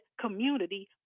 community